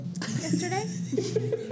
yesterday